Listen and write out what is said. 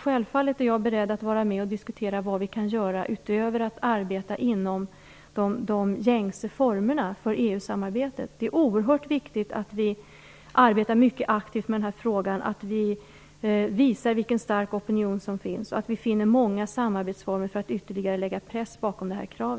Självfallet är jag beredd att vara med och diskutera vad vi kan göra utöver att arbeta inom de gängse formerna för EU-samarbetet. Det är oerhört viktigt att vi arbetar mycket aktivt med den här frågan, att vi visar vilken stark opinion som finns och att vi finner många samarbetsformer för att ytterligare sätta press bakom våra krav.